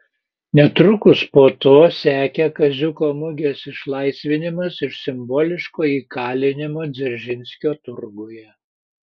netrukus po to sekė kaziuko mugės išlaisvinimas iš simboliško įkalinimo dzeržinskio turguje